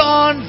on